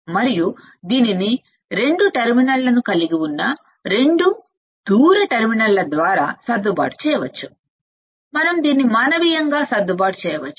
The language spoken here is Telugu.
మరియు దీనిని రెండు టెర్మినళ్లను కలిగి ఉన్న రెండు దూర టెర్మినళ్ల ద్వారా సర్దుబాటు చేయవచ్చు మనం దీన్ని మాన్యువల్ గా సర్దుబాటు చేయవచ్చు